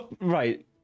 right